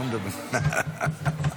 בבקשה.